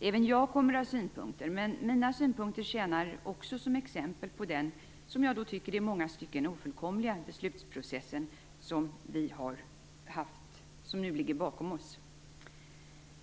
Även jag kommer att ha synpunkter, men mina synpunkter tjänar också som exempel på den, som jag tycker, i många stycken ofullkomliga beslutsprocess som nu ligger bakom oss.